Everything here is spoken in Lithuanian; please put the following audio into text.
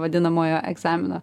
vadinamojo egzamino